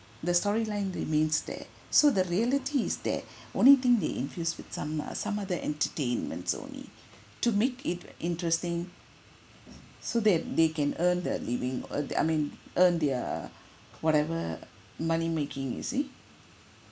the storyline remains there so the reality is there only thing they infused with some uh some other entertainments only to make it interesting so that they can earn the living earn I mean earn their whatever money making you see